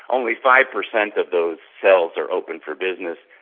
only five percent of those cells are open for business,